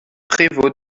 prévôt